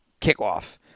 kickoff